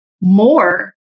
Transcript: more